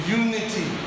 unity